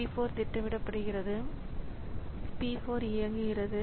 P 4 திட்டமிடப்படுகிறது P 4 இயங்குகிறது